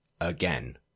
again